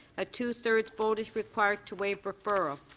a two thirds vote is required to waive referral.